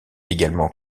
également